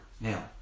now